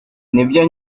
nibyo